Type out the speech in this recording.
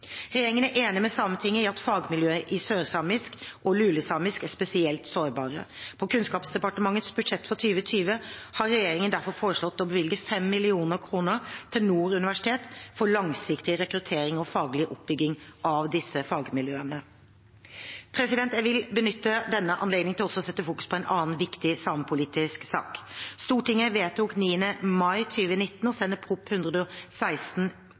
Regjeringen er enig med Sametinget i at fagmiljøene i sørsamisk og lulesamisk er spesielt sårbare. På Kunnskapsdepartementets budsjett for 2020 har regjeringen derfor foreslått å bevilge 5 mill. kr til Nord universitet for langsiktig rekruttering og faglig oppbygging av disse fagmiljøene. Jeg vil benytte denne anledningen til også å fokusere på en annen viktig samepolitisk sak. Stortinget vedtok 9. mai 2019 å sende Prop.